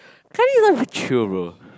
kind of chill bro